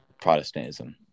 Protestantism